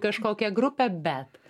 kažkokią grupę bet